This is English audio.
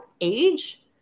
age